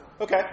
Okay